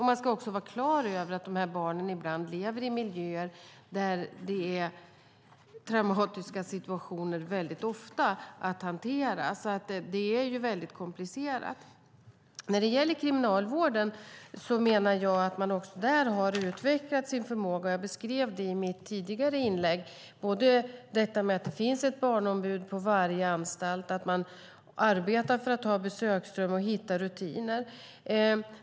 Man ska också vara klar över att de här barnen ibland lever i miljöer där det väldigt ofta är traumatiska situationer att hantera. Det är alltså väldigt komplicerat. När det gäller Kriminalvården menar jag att man också där har utvecklat sin förmåga. Jag beskrev det i mitt tidigare inlägg, både detta med att det finns ett barnombud på varje anstalt och att man arbetar för att ha besöksrum och hitta rutiner.